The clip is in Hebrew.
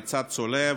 ההיצע צולע,